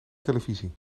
televisie